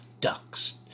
ducks